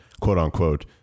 quote-unquote